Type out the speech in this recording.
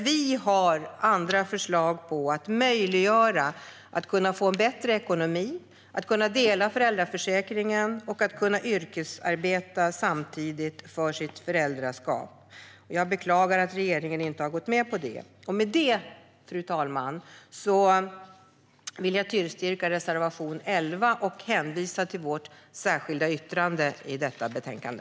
Vi har andra förslag för att möjliggöra en bättre ekonomi, delad föräldraförsäkring och yrkesarbete i kombination med föräldraskap. Jag beklagar att regeringssidan inte har gått med på dem. Med det, fru talman, vill jag yrka bifall till reservation 11 och hänvisa till vårt särskilda yttrande i detta betänkande.